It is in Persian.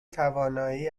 توانایی